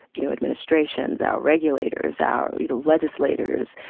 you know, administrations, our regulators, our, you know, legislators,